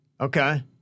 okay